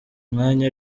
umwanya